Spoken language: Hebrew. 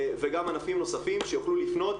וגם ענפים נוספים שיוכלו לפנות,